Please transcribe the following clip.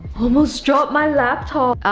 almost dropped my laptop!